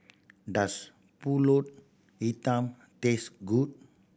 does Pulut Hitam taste good